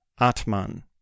Atman